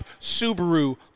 Subaru